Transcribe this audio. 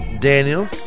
Daniel